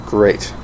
Great